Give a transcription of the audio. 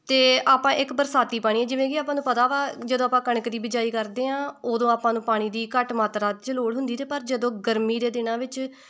ਅਤੇ ਆਪਾਂ ਇੱਕ ਬਰਸਾਤੀ ਪਾਣੀ ਜਿਵੇਂ ਕਿ ਆਪਾਂ ਨੂੰ ਪਤਾ ਵਾ ਜਦੋਂ ਆਪਾਂ ਕਣਕ ਦੀ ਬਿਜਾਈ ਕਰਦੇ ਹਾਂ ਉਦੋਂ ਆਪਾਂ ਨੂੰ ਪਾਣੀ ਦੀ ਘੱਟ ਮਾਤਰਾ 'ਚ ਲੋੜ ਹੁੰਦੀ ਅਤੇ ਪਰ ਜਦੋਂ ਗਰਮੀ ਦੇ ਦਿਨਾਂ ਵਿੱਚ